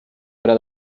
haurà